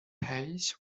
eyes